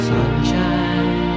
Sunshine